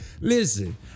listen